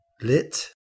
lit